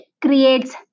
creates